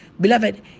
beloved